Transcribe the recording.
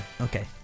Okay